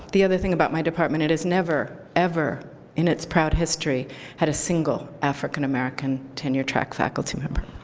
the other thing about my department, it has never, ever in its proud history had a single african american tenure track faculty member.